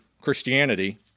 Christianity